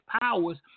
powers